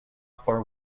for